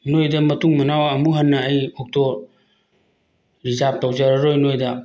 ꯅꯣꯏꯗ ꯃꯇꯨꯡ ꯃꯅꯥꯎ ꯑꯃꯨꯡ ꯍꯟꯅ ꯑꯩ ꯑꯣꯛꯇꯣ ꯔꯤꯖꯥꯞ ꯇꯧꯖꯔꯔꯣꯏ ꯅꯣꯏꯗ